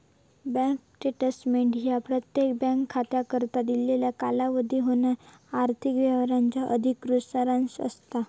bank statement ह्या प्रत्येक bank खात्याकरता दिलेल्या कालावधीत होणारा आर्थिक व्यवहारांचा अधिकृत सारांश असता